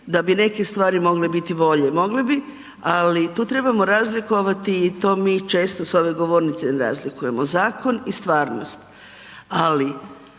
Da bi neke stvari mogle biti bolje, mogle bi, ali to trebamo razlikovati i to mi često s ove govornice ne razlikujemo zakon i stvarnost.